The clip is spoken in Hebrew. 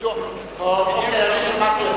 חייבים לעשות, אוקיי, אני שמעתי,